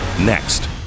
Next